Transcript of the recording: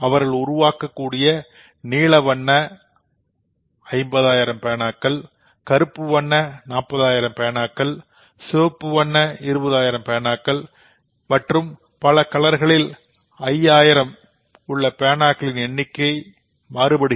அவர்கள் உருவாக்கக்கூடிய நீலவண்ண50000 எண்ணிக்கை கருப்பு வண்ண40000 எண்ணிக்கை சிவப்பு வண்ண20000 எண்ணிக்கை மற்றும் பல கலர்களில் தலா 5000 எண்ணிக்கை உள்ள பேனாக்களின் எண்ணிக்கைதள் மாறுபடும்